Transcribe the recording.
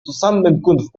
zusammenkunft